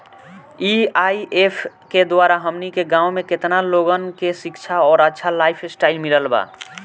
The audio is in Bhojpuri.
ए.आई.ऐफ के द्वारा हमनी के गांव में केतना लोगन के शिक्षा और अच्छा लाइफस्टाइल मिलल बा